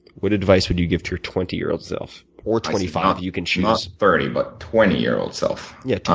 what advice would you give to your twenty year old self? or twenty five, you can choose. not thirty but twenty year old self. yeah,